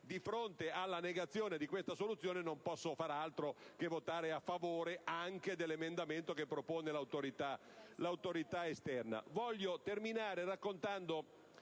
di fronte alla negazione di tale possibilità non posso far altro che votare a favore anche dell'emendamento che propone l'autorità esterna.